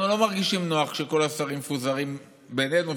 אנחנו לא מרגישים נוח כשכל השרים מפוזרים בינינו.